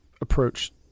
approach